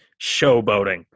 showboating